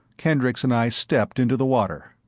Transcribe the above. kendricks and i stepped into the water.